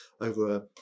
over